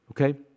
Okay